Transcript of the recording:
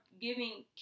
giving